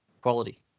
quality